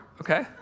okay